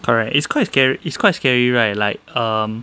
correct it's quite scary it's quite scary right like um